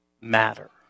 matter